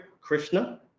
Krishna